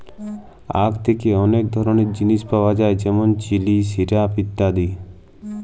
আখ থ্যাকে অলেক ধরলের জিলিস পাওয়া যায় যেমল চিলি, সিরাপ ইত্যাদি